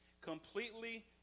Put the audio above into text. Completely